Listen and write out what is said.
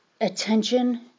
attention